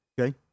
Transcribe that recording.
Okay